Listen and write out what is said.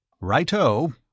Right-o